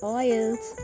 oils